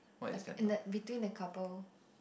like in the between the couple